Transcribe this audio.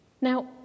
Now